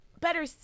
better